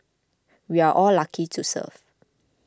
we're all lucky to serve